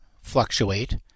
fluctuate